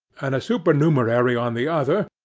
and a supernumerary on the other,